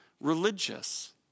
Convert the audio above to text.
religious